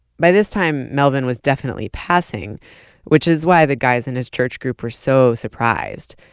by this time melvin was definitely passing which is why the guys in his church group were so surprised.